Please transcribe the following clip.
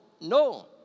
No